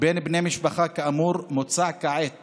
בין בני משפחה כאמור, מוצע כעת